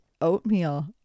Oatmeal